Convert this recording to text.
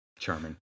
charming